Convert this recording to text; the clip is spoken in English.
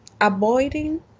Avoiding